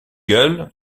gueule